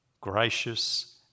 gracious